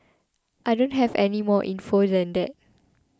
I don't have any more info than that